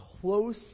close